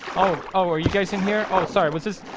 oh oh, are you guys in here? oh, sorry. what's this?